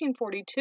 1942